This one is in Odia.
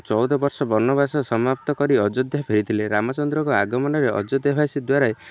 ଚଉଦ ବର୍ଷ ବନବାସ ସମାପ୍ତ କରି ଅଯୋଧ୍ୟା ଫେରିଥିଲେ ରାମଚନ୍ଦ୍ରଙ୍କ ଆଗମନରେ ଅଯୋଧ୍ୟାବାସୀ ଦ୍ୱାରା